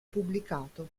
pubblicato